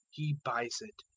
he buys it.